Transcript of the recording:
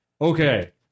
okay